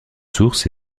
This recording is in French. sources